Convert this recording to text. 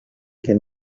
can